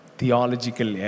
Theological